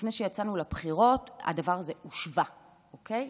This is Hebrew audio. לפני שיצאנו לבחירות הדבר הזה הושווה, אוקיי?